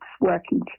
working